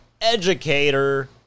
educator